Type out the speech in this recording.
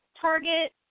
Target